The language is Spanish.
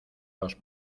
los